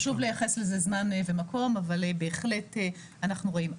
חשוב לייחס לזה זמן ומקום אבל בהחלט אנחנו רואים.